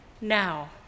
now